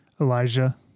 Elijah